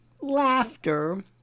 laughter